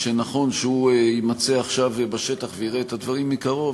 שנכון שהוא יימצא עכשיו בשטח ויראה את הדברים מקרוב,